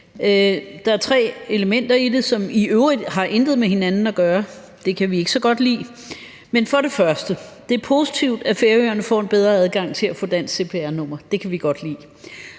Der er tre elementer i det, som i øvrigt intet har med hinanden at gøre. Det kan vi ikke så godt lide. Men for det første: Det er positivt, at Færøerne får en bedre adgang til at få dansk cpr-nummer. Det kan vi godt lide.